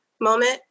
moment